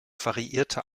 variierte